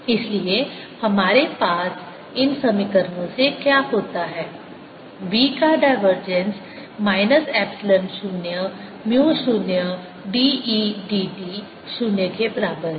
इसलिए हमारे पास इन समीकरणों से क्या होता है v का divergence minus epsilon 0 mu 0 d e dt 0 के बराबर है